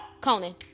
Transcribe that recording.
Conan